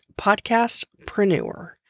podcastpreneur